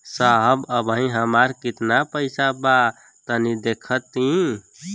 साहब अबहीं हमार कितना पइसा बा तनि देखति?